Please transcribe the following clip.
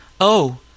Oh